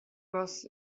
was